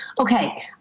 okay